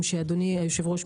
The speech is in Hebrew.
אדוני היושב ראש,